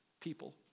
people